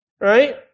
Right